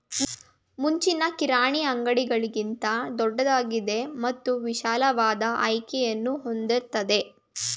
ಮುಂಚಿನ ಕಿರಾಣಿ ಅಂಗಡಿಗಳಿಗಿಂತ ದೊಡ್ದಾಗಿದೆ ಮತ್ತು ವಿಶಾಲವಾದ ಆಯ್ಕೆಯನ್ನು ಹೊಂದಿರ್ತದೆ